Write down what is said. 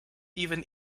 even